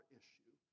issue